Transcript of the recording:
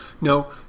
No